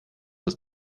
das